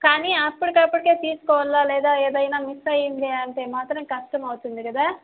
కానీ అప్పుడుకప్పుడికే తీసుకోవాలా లేదా ఏదైనా మిస్ అయింది అంటే మాత్రం కష్టం అవుతుంది కదా